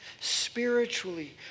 Spiritually